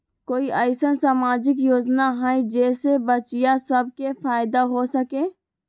कोई अईसन सामाजिक योजना हई जे से बच्चियां सब के फायदा हो सके?